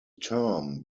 term